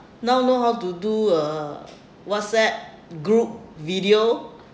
now know how to do uh whatsapp group video